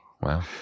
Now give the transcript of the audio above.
Wow